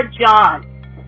John